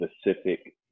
specific